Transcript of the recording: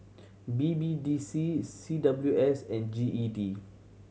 B B D C C W S and G E D